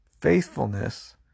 faithfulness